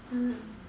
mm